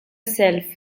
self